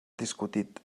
discutit